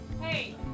Hey